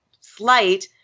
slight